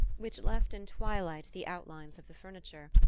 which left in twilight the outlines of the furniture,